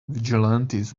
vigilantes